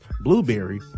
Blueberry